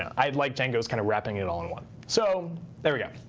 i like django is kind of wrapping it all in one. so there we go.